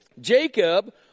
Jacob